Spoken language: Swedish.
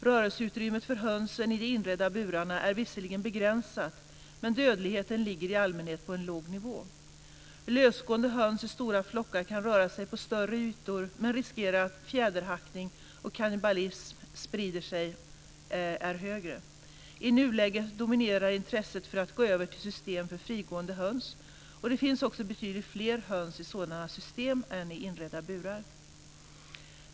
Rörelseutrymmet för hönsen i de inredda burarna är visserligen begränsat, men dödligheten ligger i allmänhet på en låg nivå. Lösgående höns i stora flockar kan röra sig på större ytor, men risken att fjäderhackning och kannibalism sprider sig är högre. I nuläget dominerar intresset för att gå över till system för frigående höns, och det finns också betydligt fler höns i sådana system än i inredda burar.